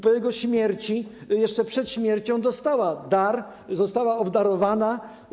Po jego śmierci, jeszcze przed śmiercią dostała dar, została obdarowana.